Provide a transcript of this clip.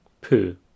poo